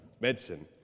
medicine